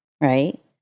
right